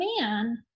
man